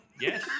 yes